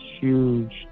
huge